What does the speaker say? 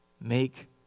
Make